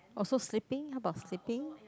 also sleeping how about sleeping